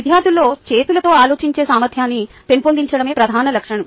విద్యార్థుల్లో చేతులతో ఆలోచించే సామర్థ్యాన్ని పెంపొందించడమే ప్రధాన లక్ష్యం